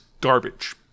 garbage